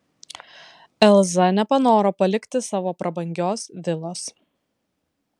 elza nepanoro palikti savo prabangios vilos